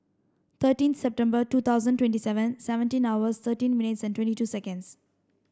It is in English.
thirteen September two thousand twenty seven seventeen hours thirteen minutes and twenty two seconds